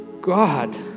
God